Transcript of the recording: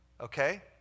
Okay